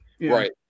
Right